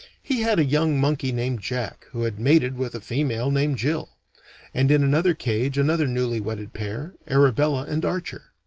he had a young monkey named jack who had mated with a female named jill and in another cage another newly-wedded pair, arabella and archer.